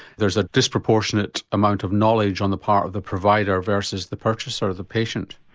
there's a disproportionate amount of knowledge on the part of the provider versus the purchaser, sort of the patient?